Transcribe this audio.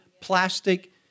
plastic